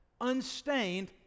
unstained